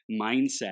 mindset